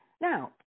Now